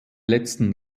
letzten